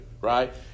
right